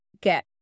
get